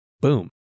Boom